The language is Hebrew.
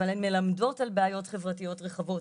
אבל הן מלמדות על בעיות חברתיות רחבות.